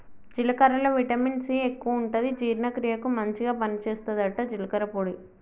జీలకర్రల vitamin C ఎక్కువుంటది జీర్ణ క్రియకు మంచిగ పని చేస్తదట జీలకర్ర పొడి